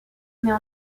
mais